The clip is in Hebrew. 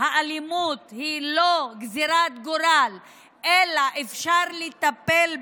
שהאלימות היא לא גזרת גורל אלא אפשר לטפל בה,